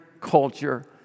culture